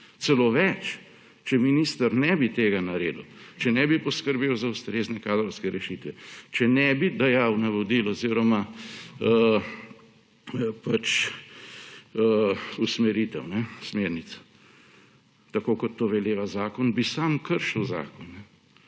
Celo več, če minister ne bi tega naredil, če ne bi poskrbel za ustrezne kadrovske rešitve, če ne bi dajal navodil oziroma usmeritev, smernic, tako kot to veleva zakon, bi sam kršil zakon.